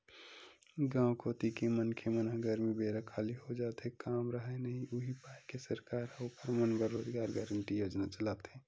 गाँव कोती के मनखे मन ह गरमी बेरा खाली हो जाथे काम राहय नइ उहीं पाय के सरकार ह ओखर मन बर रोजगार गांरटी योजना चलाथे